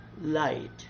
light